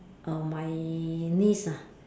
err my niece ah